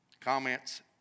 Comments